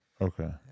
Okay